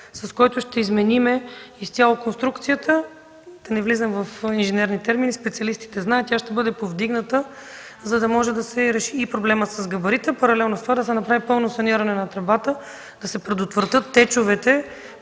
с който ще изменим изцяло конструкцията. Не влизам в инженерни термини, специалистите знаят, тя ще бъде повдигната, за да може да се реши и проблемът с габарита. Паралелно с това да се направи пълно саниране на тръбата, да се предотвратят течовете,